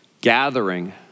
gathering